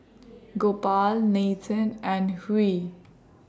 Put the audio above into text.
Gopal Nathan and Hri